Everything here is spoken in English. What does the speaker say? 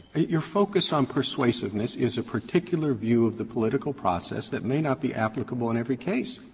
your focus on persuasiveness is a particular view of the political process that may not be applicable in every case.